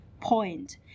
point